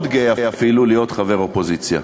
מאוד גאה אפילו, להיות חבר אופוזיציה.